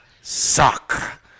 suck